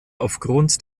aufgrund